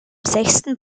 sechsten